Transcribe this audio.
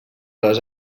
les